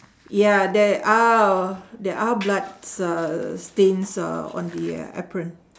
ya there are there are bloods uhh stains uh on the uh apron